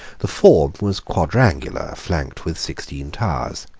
the form was quadrangular, flanked with sixteen towers.